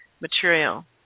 material